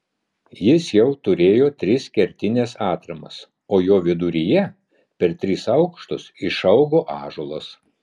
jis jau turėjo tris kertines atramas o jo viduryje per tris aukštus išaugo ąžuolas